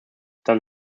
dann